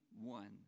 one